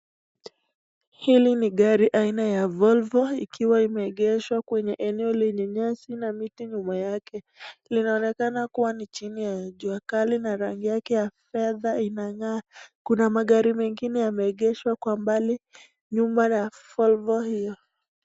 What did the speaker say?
Hili ni gari aina ya Volvo ikiwa imeegeshwa kwenye eneo lenye nyasi na miti nyuma yake. Linaonekana kuwa ni chini ya jua Kali na rangi yake ya fedha inang'aa. Kuna magari mengine yameegeshwa kwa mbali nyuma na Volvo hiyo.